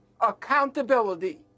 accountability